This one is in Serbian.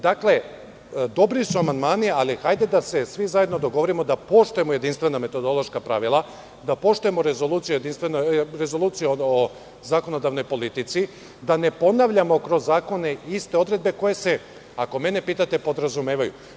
Dakle, dobri su amandmani ali hajde da se svi zajedno dogovorimo da poštujemo jedinstvena metodološka pravila, da poštujemo Rezoluciju o zakonodavnoj politici, da ne ponavljamo kroz zakone iste odredbe koje se, ako mene pitate, podrazumevaju.